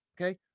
okay